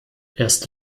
erst